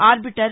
arbiter